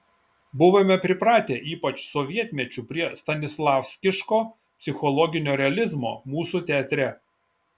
buvome pripratę ypač sovietmečiu prie stanislavskiško psichologinio realizmo mūsų teatre